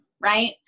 right